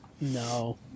No